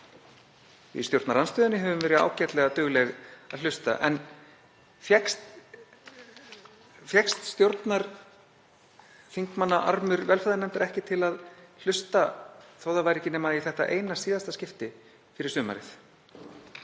í stjórnarandstöðunni höfum verið ágætlega dugleg að hlusta en stjórnarþingmannaarmur velferðarnefndar fékkst ekki til að hlusta, þótt það væri ekki nema í þetta eina síðasta skipti fyrir sumarið.